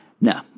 No